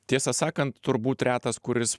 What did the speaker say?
tiesą sakant turbūt retas kuris